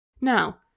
Now